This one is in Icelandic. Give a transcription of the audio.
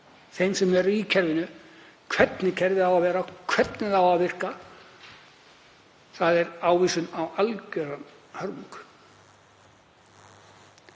þeim sem eru í kerfinu hvernig kerfið á að vera, hvernig það á að virka, er það ávísun á algjöra hörmung.